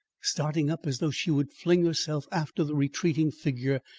starting up as though she would fling herself after the retreating figure,